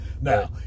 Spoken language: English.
Now